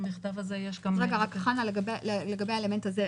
במכתב הזה יש גם --- לגבי האלמנט הזה,